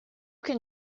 can